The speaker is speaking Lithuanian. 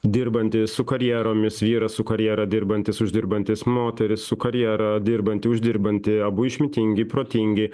dirbantys su karjeromis vyras su karjera dirbantis uždirbantis moteris su karjera dirbanti uždirbanti abu išmintingi protingi